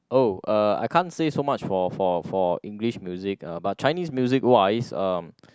oh uh I can't say so much for for for English music uh but Chinese music wise uh